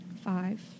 Five